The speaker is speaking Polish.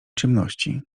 ciemności